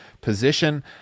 position